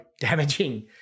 damaging